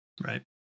Right